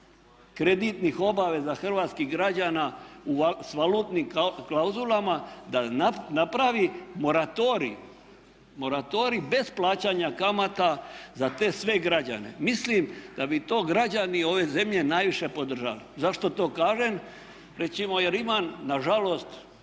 kreditnih obaveza hrvatskih građana s valutnim klauzulama da napravi moratorij bez plaćanja kamata za te sve građane. Mislim da bi to građani ove zemlje najviše podržali. Zašto to kažem? Recimo jer imam na žalost,